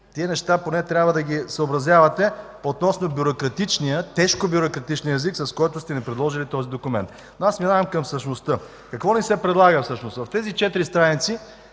Тези неща поне трябва да ги съобразявате относно тежкобюрократичния език, с който сте ни предложили този документ. Но аз преминавам към същността. Какво ни се предлага всъщност? В тези 4 страници